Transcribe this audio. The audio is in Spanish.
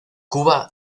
cuba